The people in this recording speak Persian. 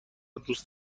دوست